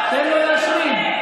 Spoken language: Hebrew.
אתם מפחדים.